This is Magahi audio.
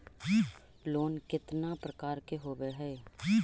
लोन केतना प्रकार के होव हइ?